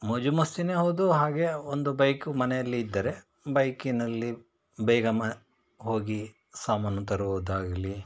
ಮೋಜು ಮಸ್ತಿನೆ ಹೌದು ಹಾಗೆ ಒಂದು ಬೈಕು ಮನೆಯಲ್ಲಿ ಇದ್ದರೆ ಬೈಕಿನಲ್ಲಿ ಬೇಗ ಮ ಹೋಗಿ ಸಾಮಾನು ತರುವುದಾಗಲಿ